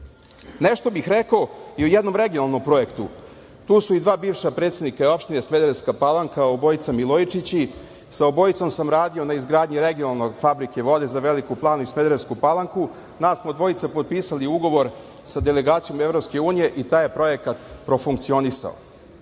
toga. Nešto bih rekao i o jednom regionalnom projektu. Tu su i dva bivša predsednika opštine Smederevska Palanka, obojica Milojičići, sa obojicom sam radio na izgradnji regionalne fabrike vode za Veliku Planu i Smederevsku Palanku. Nas smo dvojica potpisali ugovor sa delegacijom EU i taj projekat je profunkcionisao.